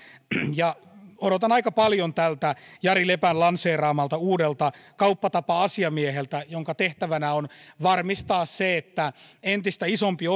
ja odotan aika paljon tältä jari lepän lanseeraamalta uudelta kauppatapa asiamieheltä jonka tehtävänä on varmistaa se että entistä isompi